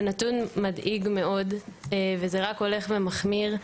זה נתון מדאיג מאוד וזה רק הולך ומחמיר.